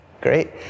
Great